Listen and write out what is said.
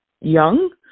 young